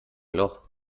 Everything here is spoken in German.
loch